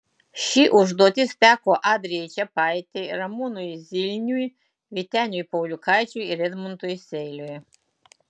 ši užduotis teko adrijai čepaitei ramūnui zilniui vyteniui pauliukaičiui ir edmundui seiliui